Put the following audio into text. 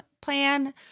plan